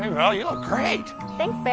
hey, val, you look great. thanks, babe.